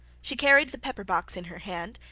she carried the pepper-box in her hand,